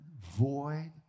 void